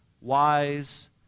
wise